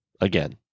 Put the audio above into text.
again